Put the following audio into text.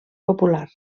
popular